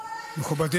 השאלה היא ממה זה נובע.